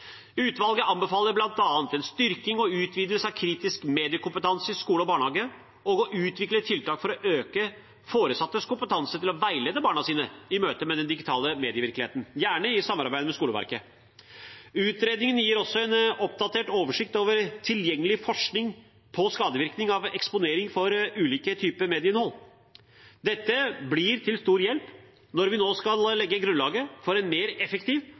Utvalget anbefaler bl.a. en styrking og utvidelse av kritisk mediekompetanse i skole og barnehage og å utvikle tiltak for å øke foresattes kompetanse til å veilede barna sine i møte med den digitale medievirkeligheten, gjerne i samarbeid med skoleverket. Utredningen gir også en oppdatert oversikt over tilgjengelig forskning på skadevirkninger av eksponering for ulike typer medieinnhold. Dette blir til stor hjelp når vi nå skal legge grunnlaget for en mer effektiv